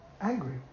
angry